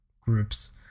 groups